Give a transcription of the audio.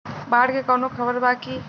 बाढ़ के कवनों खबर बा की?